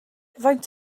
faint